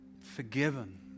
forgiven